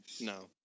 No